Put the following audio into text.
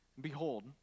Behold